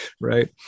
Right